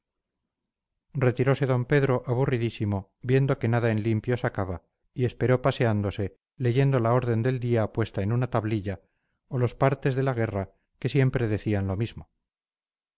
retirose don pedro aburridísimo viendo que nada en limpio sacaba y esperó paseándose leyendo la orden del día puesta en una tablilla o los partes de la guerra que siempre decían lo mismo